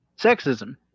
sexism